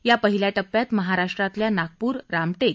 या पहिल्या टप्प्यात महाराष्ट्रातल्या नागपूर रामटेक